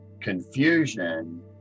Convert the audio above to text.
confusion